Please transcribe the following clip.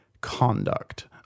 conduct